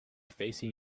facing